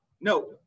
no